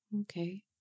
okay